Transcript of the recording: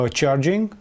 charging